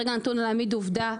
גם ברגע הנתון להעמיד עובדה,